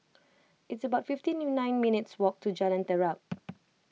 it's about fifty nine minutes' walk to Jalan Terap